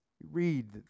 Read